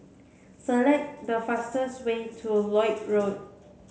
select the fastest way to Lloyd Road